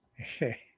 Okay